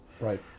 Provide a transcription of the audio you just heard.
Right